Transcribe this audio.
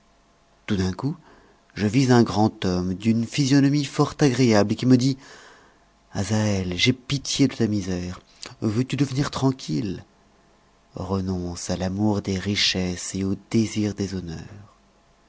tout d'un coup je vis un grand homme d'une physionomie fort agréable qui me dit azaël j'ai pitié de ta misère veux-tu devenir tranquille renonce à l'amour des richesses et au désir des honneur